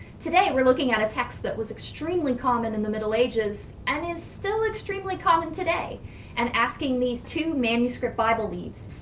today we're looking at a text that was extremely common in the middle ages and is extremely common today and asking these two manuscript bible leaves,